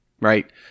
right